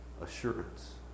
assurance